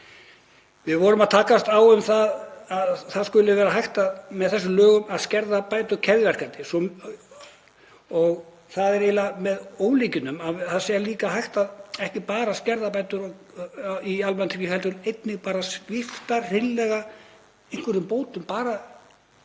Við vorum að takast á um að það skuli vera hægt með þessum lögum að skerða bætur keðjuverkandi. Það er eiginlega með ólíkindum að það sé líka hægtekki bara að skerða bætur almannatrygginga heldur einnig að svipta hreinlega einhvern bótum, bara